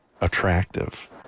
attractive